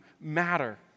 matter